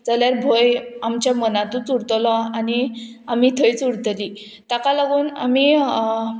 जाल्यार भंय आमच्या मनांतूच उरतलो आनी आमी थंयच उरतली ताका लागून आमी